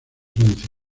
francia